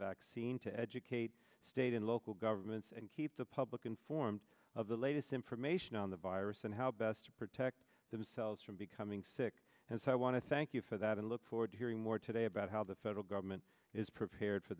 vaccine to educate state and local governments and keep the public informed of the latest information on the virus and how best to protect themselves from becoming sick and so i want to thank you for that and look forward to hearing more today about how the federal government is prepared for